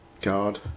guard